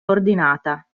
ordinata